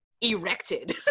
erected